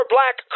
Black